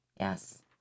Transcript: Yes